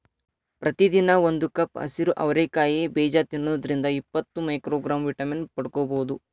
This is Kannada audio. ಪ್ರತಿದಿನ ಒಂದು ಕಪ್ ಹಸಿರು ಅವರಿ ಕಾಯಿ ಬೇಜ ತಿನ್ನೋದ್ರಿಂದ ಇಪ್ಪತ್ತು ಮೈಕ್ರೋಗ್ರಾಂ ವಿಟಮಿನ್ ಪಡ್ಕೋಬೋದು